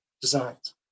designs